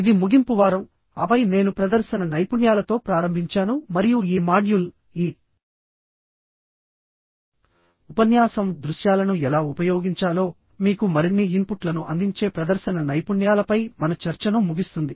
ఇది ముగింపు వారంఆపై నేను ప్రదర్శన నైపుణ్యాలతో ప్రారంభించాను మరియు ఈ మాడ్యూల్ఈ ఉపన్యాసం దృశ్యాలను ఎలా ఉపయోగించాలో మీకు మరిన్ని ఇన్పుట్లను అందించే ప్రదర్శన నైపుణ్యాలపై మన చర్చను ముగిస్తుంది